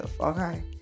okay